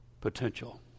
potential